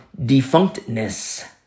defunctness